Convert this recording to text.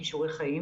כישורי חיים